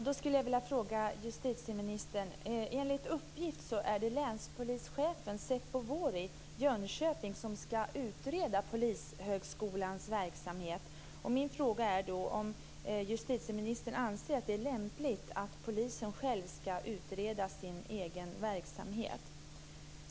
Fru talman! Enligt uppgift är det länspolischefen Seppo Wuori i Jönköping som ska utreda Polishögskolans verksamhet. Min fråga är då om justitieministern anser att det är lämpligt att polisen själv ska utreda sin egen verksamhet.